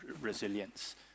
resilience